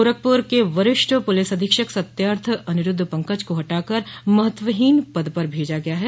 गोरखपुर के वरिष्ठ पुलिस अधीक्षक सत्यार्थ अनिरूद्ध पंकज को हटा कर महत्वहीन पद पर भेजा गया है